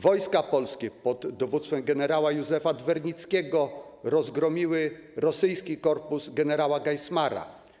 Wojska polskie pod dowództwem gen. Józefa Dwernickiego rozgromiły rosyjski korpus gen. Geismara.